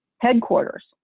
headquarters